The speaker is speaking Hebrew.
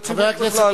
לציבור בכלל.